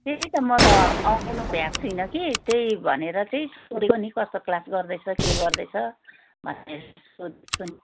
त्यही त म त आउनु भ्याएको छुइनँ कि त्यही भनेर चाहिँ सोधेको नि कस्तो क्लास गर्दैछ के गर्दैछ भनेर सोधेको नि